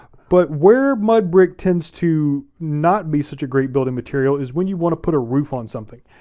but where mud brick tends to not be such a great building material is when you want to put a roof on something.